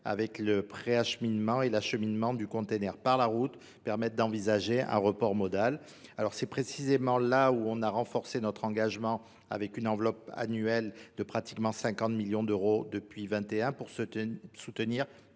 avec le préacheminement et l'acheminement du container par la route, permettent d'envisager un report modal. Alors c'est précisément là où on a renforcé notre engagement avec une enveloppe annuelle de pratiquement 50 millions d'euros depuis 2021 pour soutenir